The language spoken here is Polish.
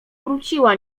wróciła